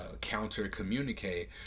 counter-communicate